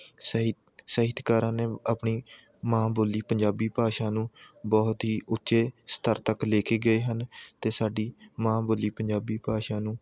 ਸਹਿ ਸਾਹਿਤਕਾਰਾਂ ਨੇ ਆਪਣੀ ਮਾਂ ਬੋਲੀ ਪੰਜਾਬੀ ਭਾਸ਼ਾ ਨੂੰ ਬਹੁਤ ਹੀ ਉੱਚੇ ਸਤਰ ਤੱਕ ਲੈ ਕੇ ਗਏ ਹਨ ਅਤੇ ਸਾਡੀ ਮਾਂ ਬੋਲੀ ਪੰਜਾਬੀ ਭਾਸ਼ਾ ਨੂੰ